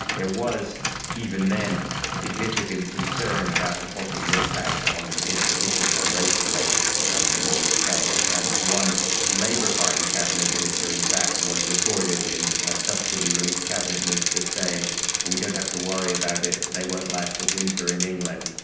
there was even then significant concern about the possible impact in particular on race relations um in the yeah uk, and and one labour party cabinet minister in fact was recorded in subsequently released cabinet minutes as saying we don't have to worry about it, they won't last a winter in england.